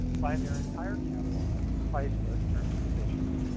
find their entire catalog, price list, terms and conditions,